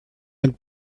and